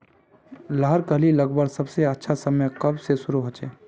लहर कली लगवार सबसे अच्छा समय कब से शुरू होचए?